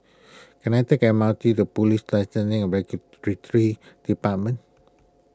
can I take the M R T to Police Licensing and Regulatory Department